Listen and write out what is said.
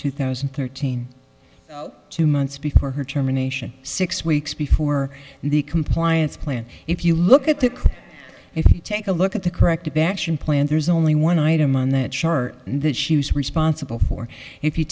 two thousand and thirteen two months before her terminations six weeks before the compliance plan if you look at the take a look at the corrective action plan there's only one item on that chart and that she was responsible for if you